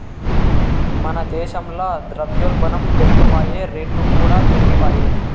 మన దేశంల ద్రవ్యోల్బనం పెరిగిపాయె, రేట్లుకూడా పెరిగిపాయె